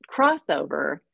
crossover